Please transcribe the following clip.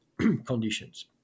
conditions